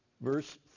Verse